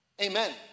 Amen